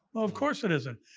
of course it isn't.